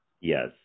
Yes